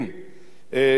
נפתלי,